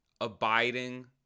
abiding